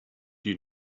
you